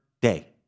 day